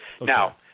Now